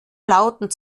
lauten